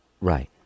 right